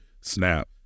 snap